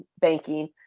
banking